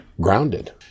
Grounded